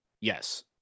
Yes